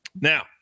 Now